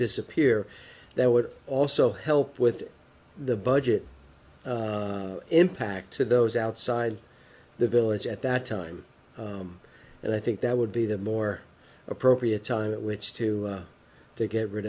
disappear that would also help with the budget impact to those outside the village at that time and i think that would be the more appropriate time at which to to get